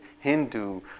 Hindu